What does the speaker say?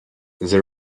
the